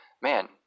man